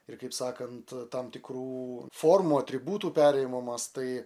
ir kaip sakant tam tikrų formų atributų perėjimo mąstai